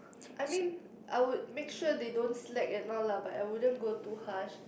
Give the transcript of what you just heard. I mean I would make sure they don't slack and all lah but I wouldn't go too harsh